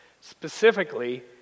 Specifically